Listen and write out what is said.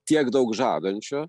tiek daug žadančio